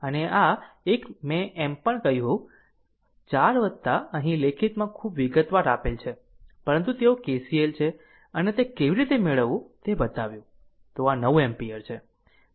અને આ એક મેં એમ પણ કહ્યું 4 અહીં લેખિતમાં ખૂબ વિગતવાર આપેલ છે પરંતુ તેઓ KCL છે અને તે કેવી રીતે મેળવવું તે બતાવ્યું તો આ 9 એમ્પીયર છે